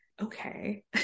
Okay